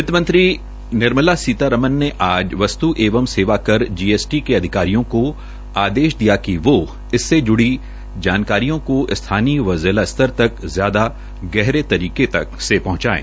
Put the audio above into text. वित्तमंत्री निर्मला सीतारमण ने आज वस्त् एवं सेवाकर जीएसटी के अधिकारियों को आदेश दिया है कि वो इससे जुड़ी जानकारियों को स्थानीय व जिला स्तर तक ज्यादा गहरे तरीके तक पहंचायें